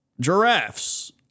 Giraffes